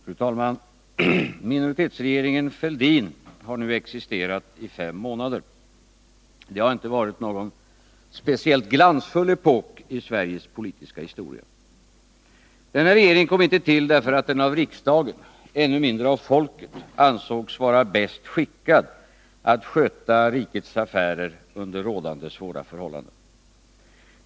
Fru talman! Minoritetsregeringen Fälldin har nu existerat i fem månader. Det har inte varit någon speciellt glansfull epok i Sveriges politiska historia. Den här regeringen kom inte till därför att den av riksdagen, ännu mindre av folket, ansågs vara bäst skickad att sköta rikets affärer under rådande svåra förhållanden.